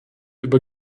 über